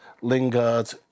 Lingard